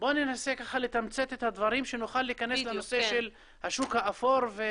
בואו ננסה לתמצת את הדברים שנוכל להיכנס לנושא של השוק האפור.